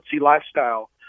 Lifestyle